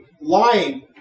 lying